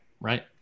Right